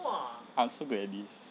I'm so good at this